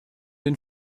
den